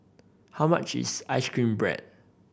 how much is ice cream bread